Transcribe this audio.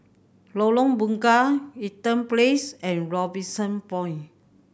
Lorong Bunga Eaton Place and Robinson Point